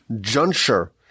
juncture